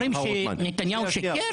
אומרים שנתניהו שיקר?